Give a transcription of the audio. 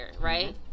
Right